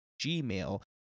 Gmail